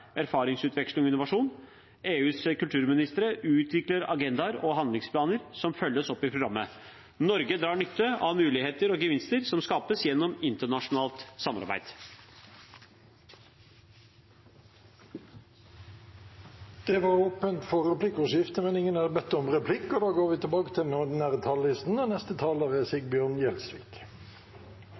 erfaringsutveksling og innovasjon. EUs kulturministre utvikler agendaer og handlingsplaner som følges opp i programmet. Norge drar nytte av muligheter og gevinster som skapes gjennom internasjonalt samarbeid. Det spørsmålet som representanten Urbø tok opp her i stad, om